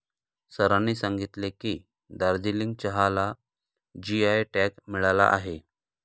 सरांनी सांगितले की, दार्जिलिंग चहाला जी.आय टॅग मिळाला आहे